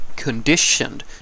Conditioned